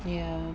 ya